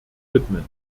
widmen